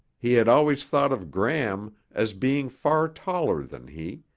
he had always thought of gram as being far taller than he,